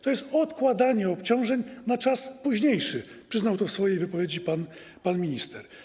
To jest odkładanie obciążeń na czas późniejszy - przyznał to w swojej wypowiedzi pan minister.